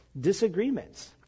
disagreements